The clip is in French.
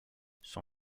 son